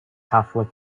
catholic